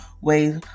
ways